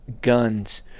guns